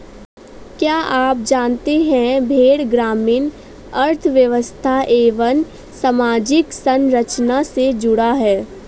क्या आप जानते है भेड़ ग्रामीण अर्थव्यस्था एवं सामाजिक संरचना से जुड़ा है?